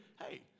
Hey